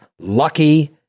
Lucky